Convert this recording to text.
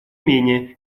менее